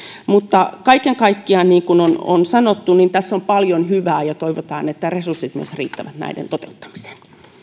mutta kaiken kaikkiaan niin kuin on on sanottu tässä on paljon hyvää ja toivotaan että resurssit myös riittävät näiden toteuttamiseen